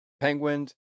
Penguins